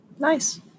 Nice